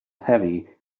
heavy